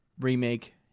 remake